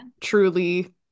truly